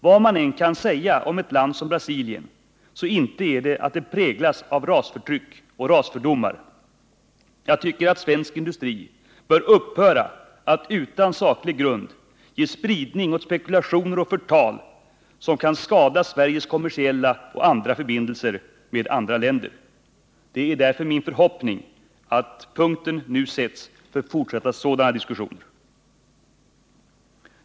Vad man än kan säga om ett land som Brasilien, så inte är det, att det präglas av rasförtryck och rasfördomar. Jag tycker att svensk industri bör upphöra att utan saklig grund ge spridning åt spekulationer och förtal, som kan skada Sveriges kommersiella och andra förbindelser med andra länder. Det är därför min förhoppning att punkten nu sätts för sådana diskussioner.